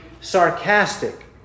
sarcastic